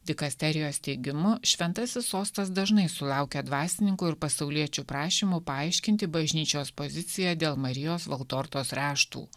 dikasterijos teigimu šventasis sostas dažnai sulaukia dvasininkų ir pasauliečių prašymų paaiškinti bažnyčios poziciją dėl marijos valtortos raštų